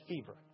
fever